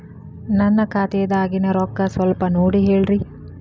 ನನ್ನ ಖಾತೆದಾಗಿನ ರೊಕ್ಕ ಸ್ವಲ್ಪ ನೋಡಿ ಹೇಳ್ರಿ